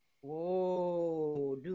Whoa